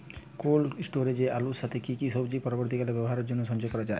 Cold স্টোরেজে আলুর সাথে কি কি সবজি পরবর্তীকালে ব্যবহারের জন্য সঞ্চয় করা যায়?